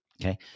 Okay